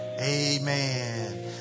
amen